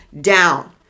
down